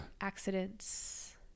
accidents